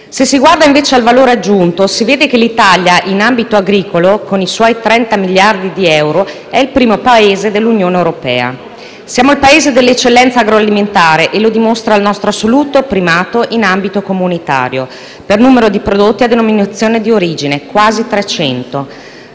Se si guarda, invece, al valore aggiunto, si vede che l'Italia, in ambito agricolo, con i suoi trenta miliardi di euro è il primo Paese dell'Unione europea. Siamo il Paese dell'eccellenza agroalimentare e lo dimostra il nostro assoluto primato in ambito comunitario per numero di prodotti a denominazione di origine (quasi